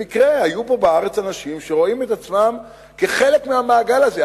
במקרה היו פה בארץ אנשים שרואים את עצמם חלק מהמעגל הזה.